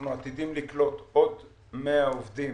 אנחנו עתידים לקלוט עוד 100 עובדים